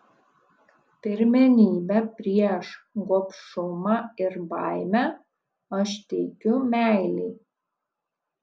pirmenybę prieš gobšumą ir baimę aš teikiu meilei